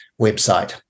website